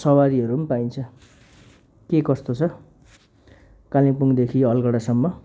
सवारीहरू पनि पाइन्छ के कस्तो छ कालिम्पेङदेखि अलगडासम्म